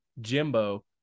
Jimbo